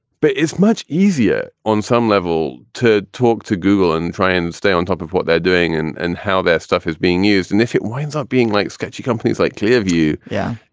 but it's much easier on some level to talk to google and try and stay on top of what they're doing and and how that stuff is being used. and if it winds up being like sketchy companies like clearview. yeah,